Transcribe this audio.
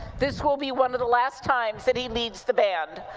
this will be one of the last times and he leads the band.